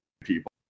people